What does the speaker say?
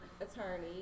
attorney